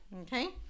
Okay